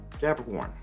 Capricorn